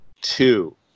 two